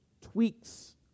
tweaks